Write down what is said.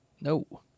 No